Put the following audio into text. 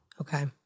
Okay